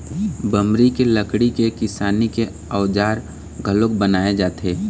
बमरी के लकड़ी के किसानी के अउजार घलोक बनाए जाथे